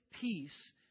peace